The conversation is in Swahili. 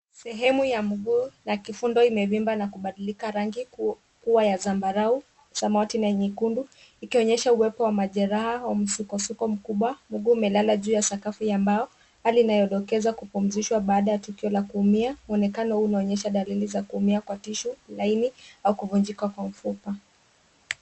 Sehemu ya mguu la kifundo imevimba na kubadilika rangi kua ya zambarau, samawati na nyekundu ikionyesha uwepo wa majeraha wa msuko suko mkubwa, mguu umelala juu ya sakafu ya mbao pali inayodokeza kupumzishwa baada ya tukio la kuumia. Mwonekano huu huonyesha dalili za kuumia kwa tishu laini au kuvunjika kwa mfupa.